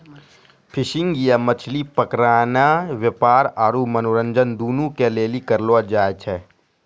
fishing या मछली पकड़नाय व्यापार आरु मनोरंजन दुनू के लेली करलो जाय छै